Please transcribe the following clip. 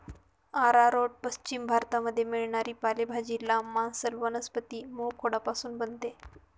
arrowroot पश्चिम भारतामध्ये मिळणारी पालेभाजी, लांब, मांसल वनस्पती मूळखोडापासून बनते